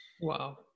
Wow